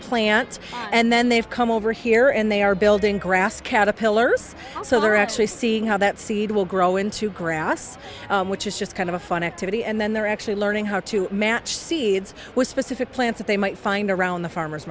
plant and then they've come over here and they are building grass caterpillars so they're actually seeing how that seed will grow into grass which is just kind of a fun activity and then they're actually learning how to match seeds were specific plans that they might find around the farmer